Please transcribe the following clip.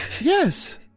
Yes